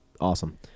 awesome